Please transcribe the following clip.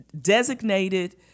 designated